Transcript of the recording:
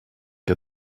que